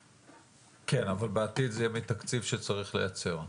כן, אבל בעתיד זה מתקציב שצריך לייצר.